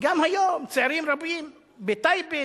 שגם היום צעירים רבים בטייבה,